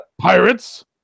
Pirates